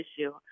issue